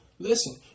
Listen